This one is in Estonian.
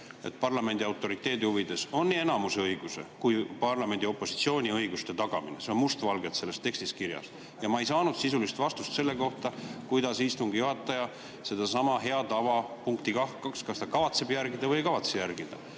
et parlamendi autoriteedi huvides on nii enamuse õiguse kui ka parlamendi opositsiooni õiguste tagamine. See on must valgel selles tekstis kirjas. Ma ei saanud sisulist vastust selle kohta, kas istungi juhataja sedasama hea tava punkti 2 kavatseb järgida või ei kavatse järgida.